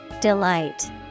Delight